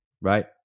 right